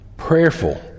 prayerful